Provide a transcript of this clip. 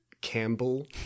Campbell